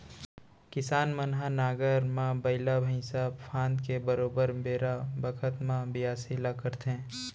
किसान मन ह नांगर म बइला भईंसा फांद के बरोबर बेरा बखत म बियासी ल करथे